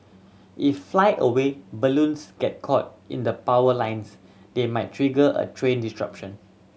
if flyaway balloons get caught in the power lines they might trigger a train disruption